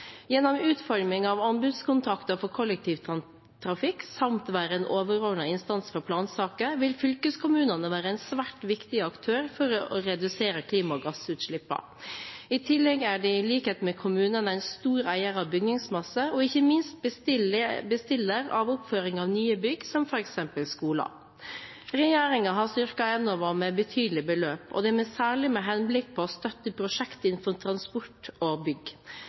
Gjennom utforming av anbudskontrakter for kollektivtrafikk samt å være en overordnet instans for plansaker vil fylkeskommunene være en svært viktig aktør for å redusere klimagassutslippene. I tillegg er de i likhet med kommunene en stor eier av bygningsmasse og ikke minst bestiller av oppføring av nye bygg som f.eks. skoler. Regjeringen har styrket Enova med betydelige beløp, særlig med henblikk på å støtte prosjekter innenfor transport og bygg.